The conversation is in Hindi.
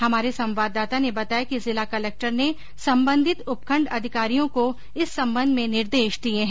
हमारे संवाददाता ने बताया कि जिला कलेक्टर ने सम्बन्धित उपखंड अधिकारियों को इस संबंध में निर्देश दिए हैं